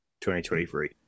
2023